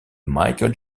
michael